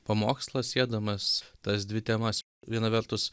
pamokslą siedamas tas dvi temas viena vertus